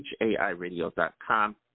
HAIRadio.com